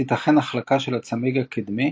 תיתכן החלקה של הצמיג הקדמי